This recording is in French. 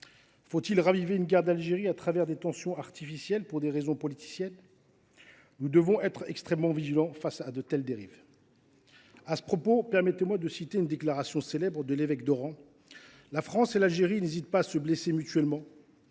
Faut il raviver une guerre d’Algérie au travers de tensions artificielles pour des raisons politiciennes ? Nous devons être extrêmement vigilants face à de telles dérives. À ce propos, permettez moi de citer une déclaration célèbre de l’évêque d’Oran :« La France et l’Algérie n’hésitent pas à se blesser mutuellement.